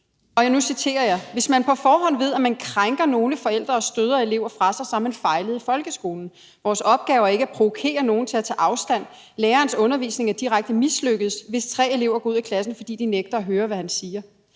Nu citerer jeg ham: »Hvis man på forhånd ved, at man krænker nogle forældre og støder elever fra sig, så har man fejlet i folkeskolen. Vores opgave er ikke at provokere nogen til at tage afstand. Lærerens undervisning er direkte mislykkedes, hvis tre elever går ud af klassen, fordi de nægter at høre, hvad han siger.«